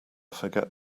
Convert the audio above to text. forget